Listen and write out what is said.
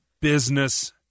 business